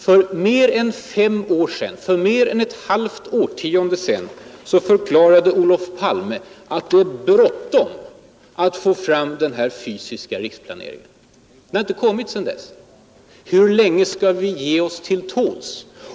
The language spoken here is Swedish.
För mer än ett halvt årtionde sedan förklarade Olof Palme att det var ”bråttom” att få fram denna fysiska riksplanering. Men ännu har den inte kommit. Hur länge skall vi ge oss till tåls?